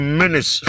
minutes